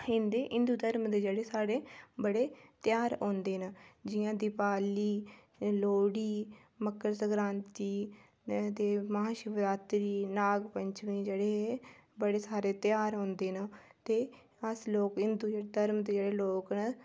इन्दे हिन्दू धर्म दे जेह्ड़े साढ़े ध्यार औंदे न जिं'या देआली लोह्ड़ी सरगांदी मकर सक्रांती नाग पंचमी जेह्ड़ी ऐ सारे ध्यार औंदे न अस जेह्ड़े हिन्दू धर्म दे जेह्ड़े लोक न